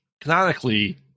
canonically